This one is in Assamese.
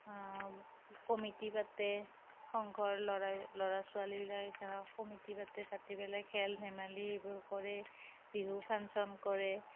কমিটি পাতে সংঘৰ ল'ৰা লৰা ছোৱালীবিলাকে কিছুমানে কমিটি পাতে কমিটি পাতি পেলাই খেল ধেমালি এইবোৰ কৰে বিহু ফাংশ্যন কৰে